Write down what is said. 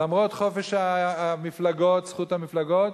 למרות חופש המפלגות, זכות המפלגות,